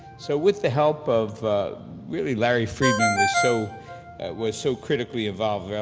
so with the help of really larry friedman was so was so critically involved,